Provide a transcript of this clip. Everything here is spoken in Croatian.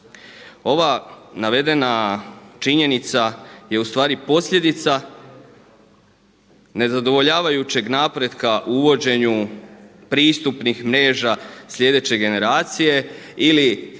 Ova navedena činjenica je u stvari posljedica nezadovoljavajućeg napretka uvođenju pristupnih mreža sljedeće generacije ili